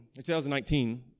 2019